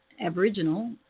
Aboriginal